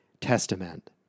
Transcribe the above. Testament